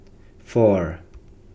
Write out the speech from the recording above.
four